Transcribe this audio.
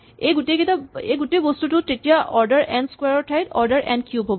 এই গোটেই বস্তুটো তেতিয়া অৰ্ডাৰ এন ক্সোৱাৰ ৰ ঠাইত অৰ্ডাৰ এন কিউব হ'ব